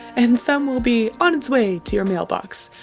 and some will be on its way to your mailbox.